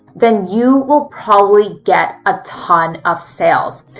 then you will probably get a ton of sales.